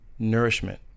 nourishment